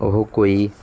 ਉਹ ਕੋਈ